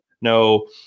no